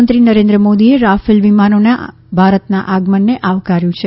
પ્રધાનમંત્રી નરેન્દ્ર મોદીએ રાફેલ વિમાનોના ભારતના આગમનને આવકાર્યા છે